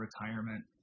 retirement